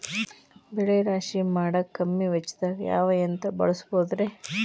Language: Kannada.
ಬೆಳೆ ರಾಶಿ ಮಾಡಾಕ ಕಮ್ಮಿ ವೆಚ್ಚದಾಗ ಯಾವ ಯಂತ್ರ ಬಳಸಬಹುದುರೇ?